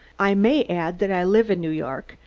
i may add that i live in new york,